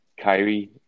Kyrie